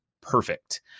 perfect